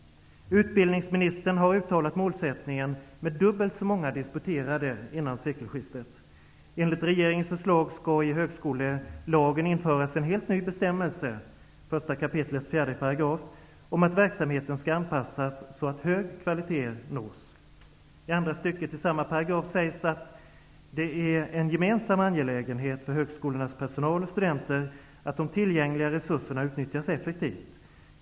Utbildningsministern har uttalat målsättningen att det skall vara dubbelt så många disputerade före sekelskiftet. Enligt regeringens förslag skall i högskolelagen införas en helt ny bestämmelse, 1 kap. 4 §, om att verksamheten skall anpassas så, att hög kvalitet nås. I andra stycket i samma paragraf sägs det att det är en gemensam angelägenhet för högskolornas personal och studenter att de tillgängliga resurserna utnyttjas effektivt.